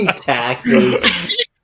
taxes